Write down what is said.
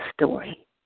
story